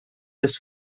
des